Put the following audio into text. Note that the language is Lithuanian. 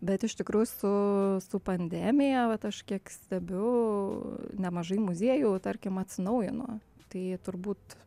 bet iš tikrųjų su su pandemija vat aš kiek stebiu nemažai muziejų tarkim atsinaujino tai turbūt